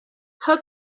how